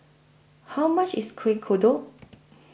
How much IS Kueh Kodok